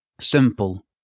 Simple